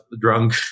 drunk